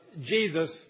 Jesus